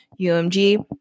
UMG